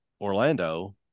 Orlando